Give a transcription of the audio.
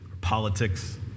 politics